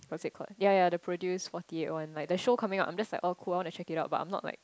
what's that called ya ya the produce forty eight one like the showing coming out I'm like oh cool I want to check it out but I'm not like